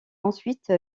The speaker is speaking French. ensuite